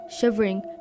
shivering